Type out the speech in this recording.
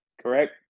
correct